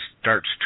starts